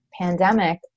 pandemic